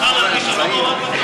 החוק חל על מי שלא מעורב בטרור?